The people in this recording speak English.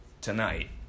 tonight